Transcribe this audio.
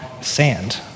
sand